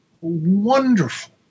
wonderful